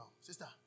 sister